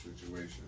situation